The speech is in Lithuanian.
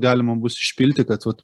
galima bus išpilti kad vat